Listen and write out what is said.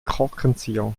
korkenzieher